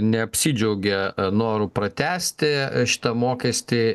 neapsidžiaugė noru pratęsti šitą mokestį